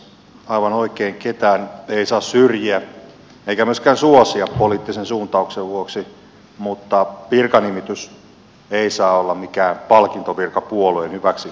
aivan oikein ketään ei saa syrjiä eikä myöskään suosia poliittisen suuntauksen vuoksi mutta virkanimitys ei saa olla mikään palkintovirka puolueen hyväksi tehdystä työstä